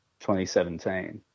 2017